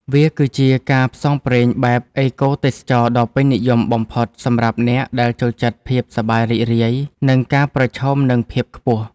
វាគឺជាការផ្សងព្រេងបែបអេកូទេសចរណ៍ដ៏ពេញនិយមបំផុតសម្រាប់អ្នកដែលចូលចិត្តភាពសប្បាយរីករាយ និងការប្រឈមនឹងភាពខ្ពស់។